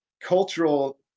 cultural